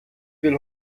will